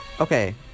Okay